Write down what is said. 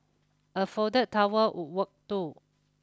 a folded towel would work too